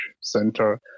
Center